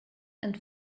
and